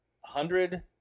hundred